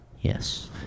Yes